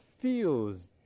feels